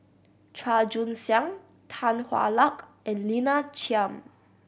Chua Joon Siang Tan Hwa Luck and Lina Chiam